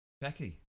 Becky